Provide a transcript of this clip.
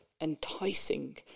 enticing